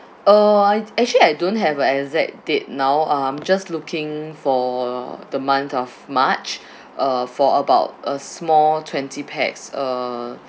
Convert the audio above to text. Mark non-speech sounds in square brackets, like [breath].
uh I actually I don't have a exact date now I'm just looking for the month of march [breath] uh for about a small twenty pax uh